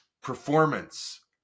performance